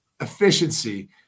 efficiency